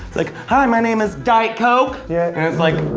like, hi my name is diet coke! yeah and it's like,